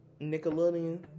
Nickelodeon